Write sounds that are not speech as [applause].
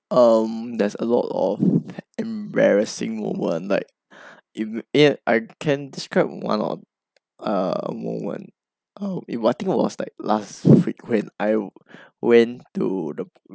um there's a lot of embarrassing moment like [breath] if it I can describe one of err moment oh I think it was like last weekend I went to the